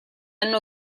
hanno